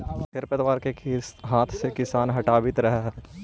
खेर पतवार के हाथ से किसान हटावित रहऽ हई